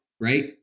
right